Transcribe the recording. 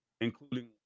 including